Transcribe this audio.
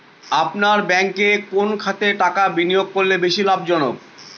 আপনার ব্যাংকে কোন খাতে টাকা বিনিয়োগ করলে বেশি লাভজনক?